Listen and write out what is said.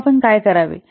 मग आपण काय करावे